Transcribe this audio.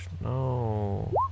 No